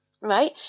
Right